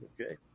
Okay